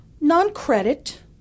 non-credit